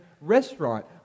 restaurant